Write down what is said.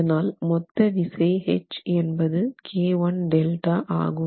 அதனால் மொத்த விசை H என்பது K1Δ ஆகும்